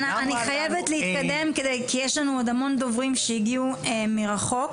אני חייבת להתקדם כי יש לנו עוד המון דוברים שהגיעו מרחוק.